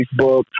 Facebook